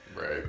Right